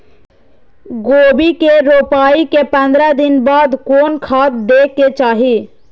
गोभी के रोपाई के पंद्रह दिन बाद कोन खाद दे के चाही?